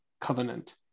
covenant